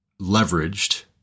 leveraged